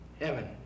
heaven